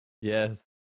Yes